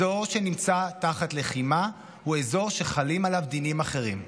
אזור שנמצא תחת לחימה הוא אזור שחלים עליו דינים אחרים.